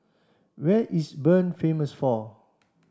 what is Bern famous for